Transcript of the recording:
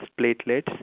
platelets